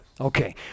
Okay